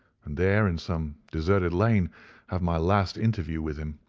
and there in some deserted lane have my last interview with him.